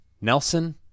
Nelson